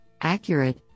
accurate